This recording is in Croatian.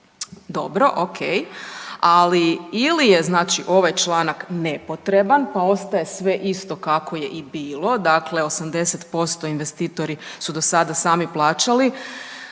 Dobro, okej, ali ili je znači ovaj članak nepotreban, pa ostaje sve isto kako je i bilo, dakle 80% investitori su do sada sami plaćali